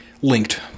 linked